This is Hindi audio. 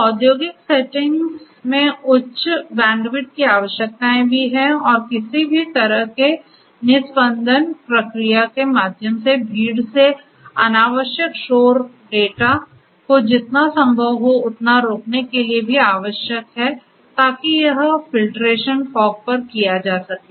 तो औद्योगिक सेटिंग्स में उच्च बैंडविड्थ की आवश्यकताएं भी हैं और किसी भी तरह के निस्पंदन प्रक्रिया के माध्यम से भीड़ से अनावश्यक शोर डेटा को जितना संभव हो उतना रोकने के लिए भी आवश्यक है ताकि यह फिल्ट्रेशन फॉग पर किया जा सके